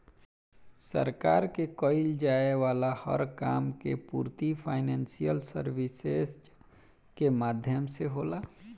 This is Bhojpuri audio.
सरकार के कईल जाये वाला हर काम के पूर्ति फाइनेंशियल सर्विसेज के माध्यम से होला